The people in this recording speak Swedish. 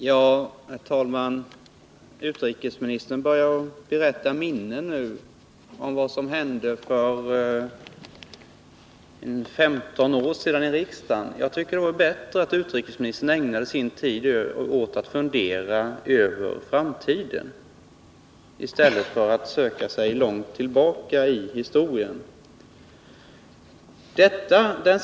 Herr talman! Utrikesministern börjar nu att berätta minnen om vad som hände för 15 år sedan i riksdagen. Jag tycker att det vore bättre om utrikesministern ägnade tiden åt att fundera över framtiden i stället för att söka sig långt tillbaka i historien.